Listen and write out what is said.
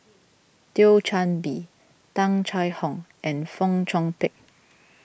Thio Chan Bee Tung Chye Hong and Fong Chong Pik